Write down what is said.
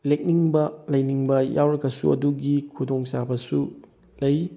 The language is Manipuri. ꯂꯦꯛꯅꯤꯡꯕ ꯂꯩꯅꯤꯡꯕ ꯌꯥꯎꯔꯒꯁꯨ ꯑꯗꯨꯒꯤ ꯈꯨꯗꯣꯡ ꯆꯥꯕꯁꯨ ꯂꯩ